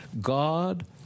God